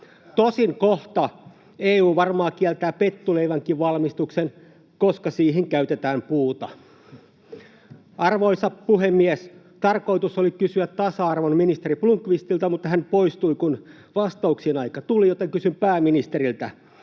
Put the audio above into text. Tosin kohta EU varmaan kieltää pettuleivänkin valmistuksen, koska siihen käytetään puuta. Arvoisa puhemies! Tarkoitus oli kysyä tasa-arvoministeri Blomqvistilta, mutta hän poistui, kun vastauksien aika tuli, joten kysyn pääministeriltä: